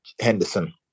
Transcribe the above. Henderson